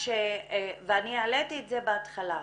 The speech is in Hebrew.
ואני העליתי את זה בהתחלה,